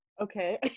Okay